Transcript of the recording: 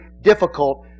difficult